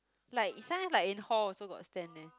like sometimes like in hall got stand eh